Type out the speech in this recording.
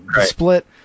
split